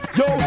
yo